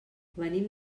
venim